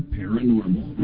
paranormal